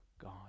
God